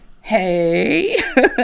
Hey